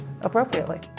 appropriately